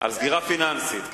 על סגירה פיננסית.